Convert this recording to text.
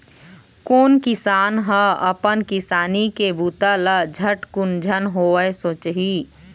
कोन किसान ह अपन किसानी के बूता ल झटकुन झन होवय सोचही